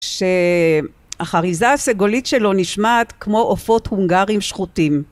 שהחריזה הסגולית שלו נשמעת כמו אופות הונגרים שחוטים.